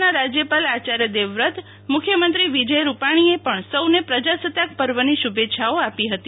ગુજરાતના રાજ્યપાલ આચાર્ય દેવવ્રત મુખ્યમંત્રી વિજય રૂપાણીએ સૌને પ્રજાસતાક પર્વની શુભેચ્છાઓ આપી હતી